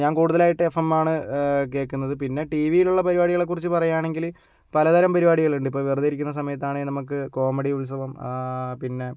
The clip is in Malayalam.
ഞാൻ കൂടുതലായിട്ട് എഫ്എംമ്മാണ് കേൾക്കുന്നത് പിന്നെ ടീവിയിലുള്ള പരിപാടികളെ കുറിച്ച് പറയാണെങ്കില് പലതരം പരിപാടികളുണ്ട് ഇപ്പോൾ വെറുതെ ഇരിക്കുന്ന സമയത്താണെ നമുക്ക് കോമഡി ഉത്സവം പിന്നെ